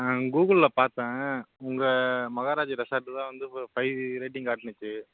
ஆ கூகுளில் பார்த்தன் உங்கள் மஹாராஜா ரெஸார்ட்டில் தான் வந்து ஃபைவ் ரேட்டிங் காட்டுனுச்சு